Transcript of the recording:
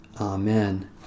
Amen